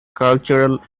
cultural